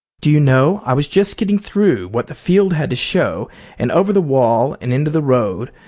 do you know, i was just getting through what the field had to show and over the wall and into the road,